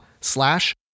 slash